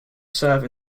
serve